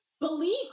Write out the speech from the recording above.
believe